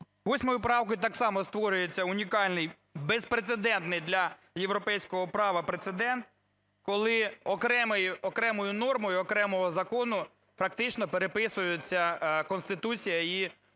С.М. 8 правкою так само створюється унікальний безпрецедентний для європейського права прецедент, коли окремою нормою окремого закону практично переписується Конституція, її